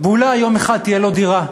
ואולי יום אחד תהיה לו דירה.